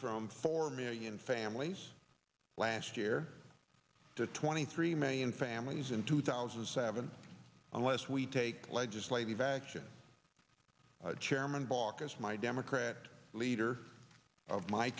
from four million families last year to twenty three million families in two thousand and seven unless we take legislative action chairman baucus my democrat leader of my